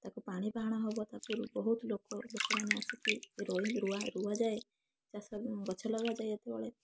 ତାକୁ ପାଣି ହେବ ତା ପୂର୍ବରୁ ବହୁତ ଲୋକ ଲୋକମାନେ ଆସି କି ରୋଇଂ ରୁଆ ରୁଆ ଯାଏ ଚାଷ ଗଛ ଲଗା ଯାଏ ଯେତେବେଳେ